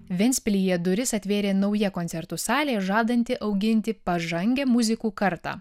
ventspilyje duris atvėrė nauja koncertų salė žadanti auginti pažangią muzikų kartą